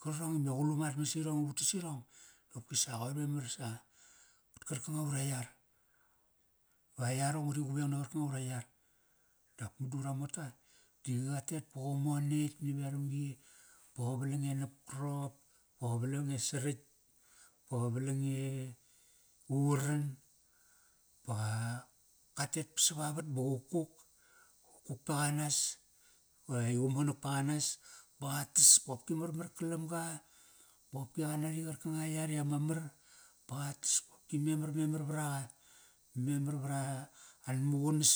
Kararong ime qulum at mas irong i utas irong dopk sa qoir memar sa. Vat karkanga ura yar. Va yarong ngari gueng na qarkanga ura yar. Dap madu ura mota, di qatet pa qa monetk naveramgi. Ba qa valang e napkarop. Ba qa valang e saritk. Ba qa valang e, uran. Ba qa, katet pa savavat ba qa kuk. ka kuk paqanas, va qa monak paqanas ba qa tas ba qopki marmar kalam ga. Ba qopki qa nari qarkanga a yar i ama mar. Ba qa tas qopki memar memar vra qa. Ba memar var a nan maqunas.